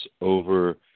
over